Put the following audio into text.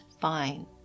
fine